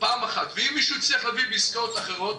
פעם אחת ואם מישהו הצליח להביא בעסקאות אחרות,